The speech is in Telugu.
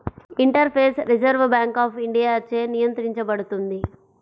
ఇంటర్ఫేస్ రిజర్వ్ బ్యాంక్ ఆఫ్ ఇండియాచే నియంత్రించబడుతుంది